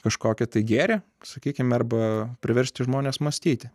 kažkokį tai gėrį sakykime arba priversti žmones mąstyti